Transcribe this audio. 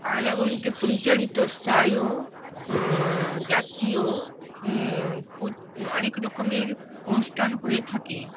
অ্যারেনাগুলিতে পরিচালিত স্থানীয় ও জাতীয় অনেক রকমের অনুষ্ঠান হয়ে থাকে